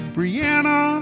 Brianna